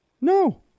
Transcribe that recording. No